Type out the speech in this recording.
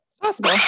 Possible